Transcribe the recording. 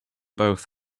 both